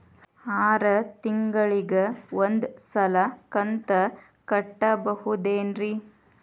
ಆರ ತಿಂಗಳಿಗ ಒಂದ್ ಸಲ ಕಂತ ಕಟ್ಟಬಹುದೇನ್ರಿ?